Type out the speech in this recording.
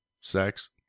sex